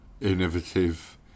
innovative